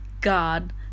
God